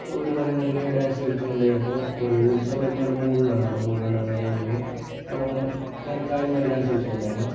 അപ്പോൾ അവർ പറയുന്നത് കേട്ട് ഡാൻസ് കളിച്ചിട്ടുണ്ടായി അപ്പോൾ ഒരു സമയത്ത് നല്ല മൂഡുണ്ടായിരുന്നു നല്ല മൂഡുണ്ടായിരുന്ന ആ ടൈമിന് നല്ല വണ്ണം കാര്യമായി ഡാൻസ് കളിച്ചിട്ടുണ്ടായിരുന്നു